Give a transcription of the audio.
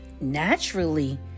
Naturally